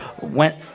went